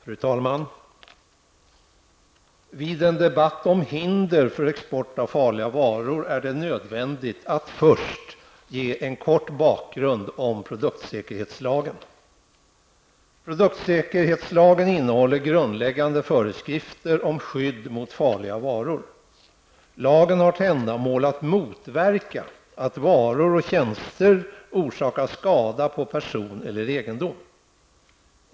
Fru talman! Vid en debatt om hinder för export av farliga varor är det nödvändigt att först ge en kort bakgrund om produktsäkerhetslagen. Produktsäkerhetslagen innehåller grundläggande föreskrifter om skydd mot farliga varor. Lagen har till ändamål att motverka att varor och tjänster orsakar skada på person eller egendom.